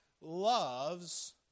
loves